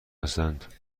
هستند